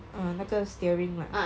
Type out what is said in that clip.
uh 那个 steering lah